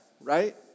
right